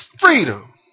freedom